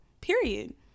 period